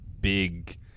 big